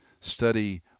study